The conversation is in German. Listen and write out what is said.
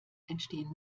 entstehen